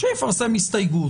שיפרסם הסתייגות.